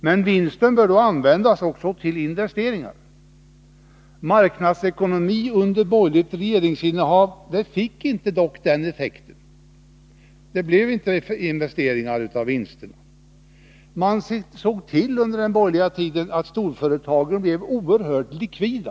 Men vinsten bör användas också till investeringar. Marknadsekonomi under borgerligt regeringsinnehav fick dock inte den effekten. Det blev inte investeringar av vinsterna. Man såg under den borgerliga tiden till att storföretagen blev oerhört likvida.